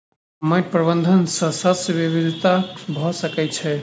माइट प्रबंधन सॅ शस्य विविधता भ सकै छै